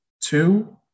Two